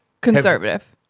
Conservative